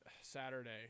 Saturday